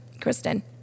Kristen